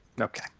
Okay